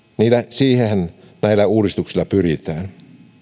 siihenhän näillä uudistuksilla pyritään